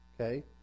Okay